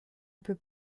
peut